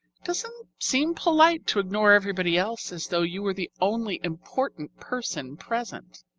doesn't seem polite to ignore everybody else as though you were the only important person present.